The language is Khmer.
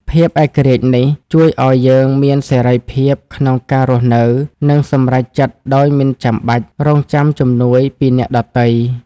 ភាពឯករាជ្យនេះ ជួយឲ្យយើងមានសេរីភាពក្នុងការរស់នៅ និងសម្រេចចិត្តដោយមិនចាំបាច់រង់ចាំជំនួយពីអ្នកដទៃ។